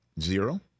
zero